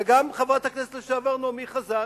וגם חברת הכנסת לשעבר נעמי חזן,